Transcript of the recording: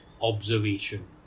observation